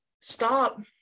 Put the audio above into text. stop